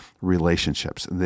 relationships